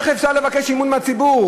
איך אפשר לבקש אמון מהציבור?